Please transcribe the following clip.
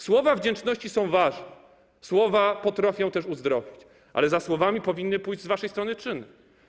Słowa wdzięczności są ważne, słowa potrafią też uzdrowić, ale za słowami powinny pójść z waszej strony czyny.